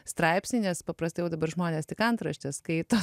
straipsnį nes paprastai jau dabar žmonės tik antraštes skaito